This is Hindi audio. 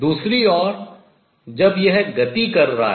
दूसरी ओर जब यह गति कर रहा है